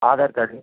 Aadhaar card